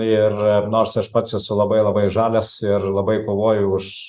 ir nors aš pats esu labai labai žalias ir labai kovoju už